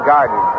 Garden